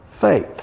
faith